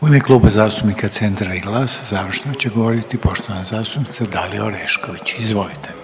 **Reiner, Željko (HDZ)** U ime Kluba zastupnika Centra i GLAS-a završno će govoriti poštovana zastupnica Dalija Orešković, izvolite.